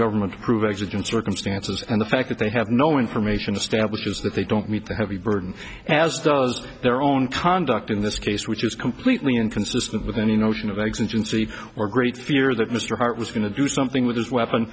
government prove exigent circumstances and the fact that they have no information establishes that they don't meet the heavy burden as does their own conduct in this case which is completely inconsistent with any notion of existence or the or great fear that mr hart was going to do something with his weapon